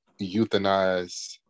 euthanize